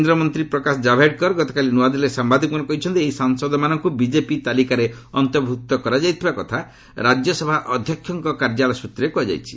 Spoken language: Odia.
କେନ୍ଦ୍ରମନ୍ତୀ ପ୍ରକାଶ ଜାବଡେକର ଗତକାଲି ନୁଆଦିଲ୍ଲୀରେ ସାମ୍ଭାଦିକମାନଙ୍କୁ କହିଛନ୍ତି ଏହି ସାଂସଦମାନଙ୍କୁ ବିଜେପି ତାଲିକାରେ ଅନ୍ତର୍ଭୁକ୍ତ କରାଯାଇଥିବା କଥା ରାଜ୍ୟସଭା ଅଧ୍ୟକ୍ଷକଙ୍କ କାର୍ଯ୍ୟାଳୟ ସୂତ୍ରରେ କୁହାଯାଇଛି